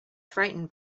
frightened